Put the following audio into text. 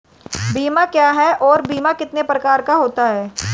बीमा क्या है और बीमा कितने प्रकार का होता है?